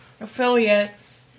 affiliates